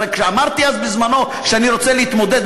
הרי כשאמרתי אז בזמנו שאני רוצה להתמודד,